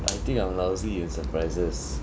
I think I'm lousy with surprises